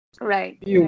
Right